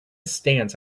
stands